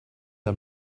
are